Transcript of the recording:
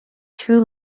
two